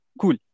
Cool